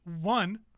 One